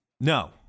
No